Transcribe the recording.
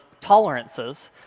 tolerances